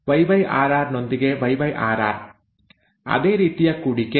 YYRRನೊಂದಿಗೆ yyrr ಅದೇ ರೀತಿಯ ಕೂಡಿಕೆ